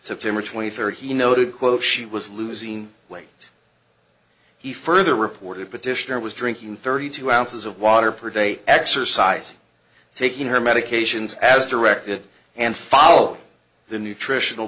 september twenty third he noted quote she was losing weight he further reported petitioner was drinking thirty two ounces of water per day exercise taking her medications as directed and follow the nutritional